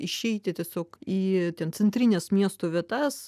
išeiti tiesiog į ten centrines miestų vietas